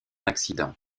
accident